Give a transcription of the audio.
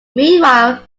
meanwhile